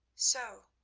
so,